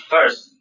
First